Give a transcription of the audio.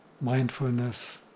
mindfulness